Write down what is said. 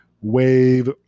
wave